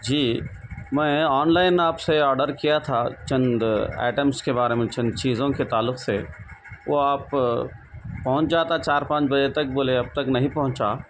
جی میں online آپ سے آڈر کیا تھا چند ایٹمس کے بارے میں چند چیزوں کے تعلق سے وہ آپ پہنچ جاتا چار پانچ بجے تک بولے اب تک نہیں پہنچا